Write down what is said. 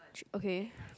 okay